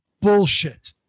Bullshit